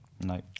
no